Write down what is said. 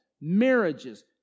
marriages